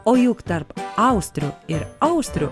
o juk tarp austrių ir austrių